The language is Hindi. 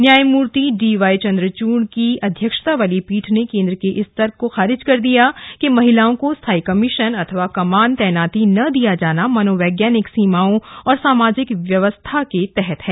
न्यायमूर्ति डी वाई चन्द्रचूड़ की अध्यक्षता वाली पीठ ने केन्द्र के इस तर्क को खारिज कर दिया कि महिलाओं को स्थाई कमीशन अथवा कमान तैनाती न दिया जाना मनोवैज्ञानिक सीमाओं और सामाजिक व्यवस्था के तहत है